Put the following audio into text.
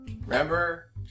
Remember